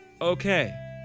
Okay